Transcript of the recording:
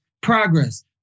progress